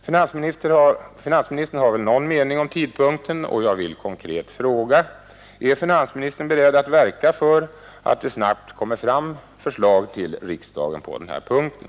Finansministern har väl någon mening om tidpunkten, och jag vill konkret fråga: Är finansministern beredd att verka för att det snabbt kommer fram förslag till riksdagen på den här punkten?